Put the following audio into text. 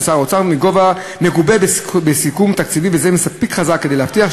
ושר האוצר התחייב בכתב לכלול סכום זה בבסיס התקציב משנת התקציב הבאה.